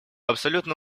абсолютно